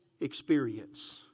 experience